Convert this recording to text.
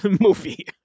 movie